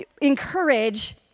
encourage